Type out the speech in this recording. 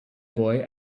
boy